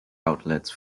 outlets